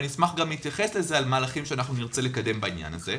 ואני אשמח גם להתייחס לזה לגבי מהלכים שאנחנו נרצה לקדם בעניין הזה.